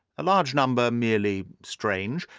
a large number merely strange,